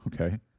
Okay